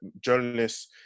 journalists